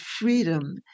freedom